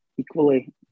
equally